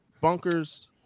Bunkers